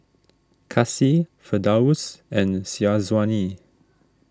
Kasih Firdaus and Syazwani